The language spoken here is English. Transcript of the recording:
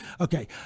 Okay